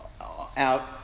out